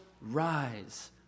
rise